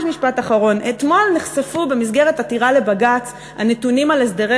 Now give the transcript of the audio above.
אתמול נחשפו במסגרת עתירה לבג"ץ הנתונים על הסדרי